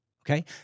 okay